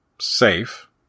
safe